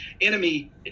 enemy